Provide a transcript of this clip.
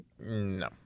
No